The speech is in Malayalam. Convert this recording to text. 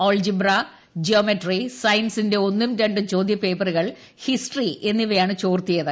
ആൾജിബ്ര ജ്യോമെട്രി സയൻസിന്റെ ഒന്നും രണ്ടും ചോദ്യപേപ്പറുകൾ ഹിസ്റ്ററി എന്നിവയാണ് ചോർത്തിയത്